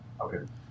Okay